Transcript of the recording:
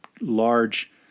large